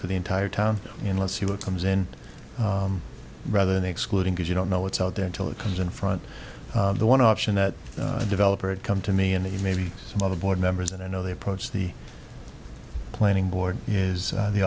for the entire town and let's see what comes in rather than excluding because you don't know what's out there until it comes in front the one option that a developer had come to me and he maybe some other board members and i know they approach the planning board is